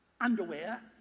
underwear